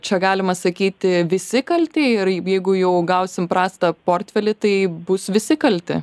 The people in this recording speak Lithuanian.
čia galima sakyti visi kalti ir jeigu jau gausim prastą portfelį tai bus visi kalti